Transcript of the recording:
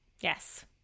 Yes